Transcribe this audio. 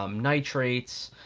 um nitrates,